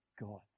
God